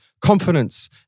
confidence